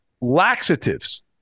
Laxatives